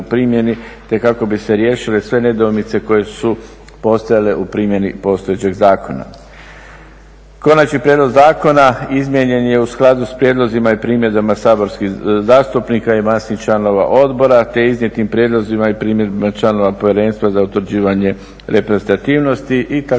te kako bi se riješile sve nedoumice koje su postojale u primjeni postojećeg zakona. Konačni prijedlog zakona izmijenjen je u skladu s prijedlozima i primjedbama saborskih zastupnika i masi članova odbora te iznijetim prijedlozima i primjedbama članova Povjerenstva za utvrđivanje reprezentativnosti i